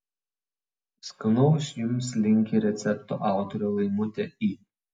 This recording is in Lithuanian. skanaus jums linki recepto autorė laimutė i